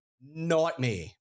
nightmare